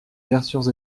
versions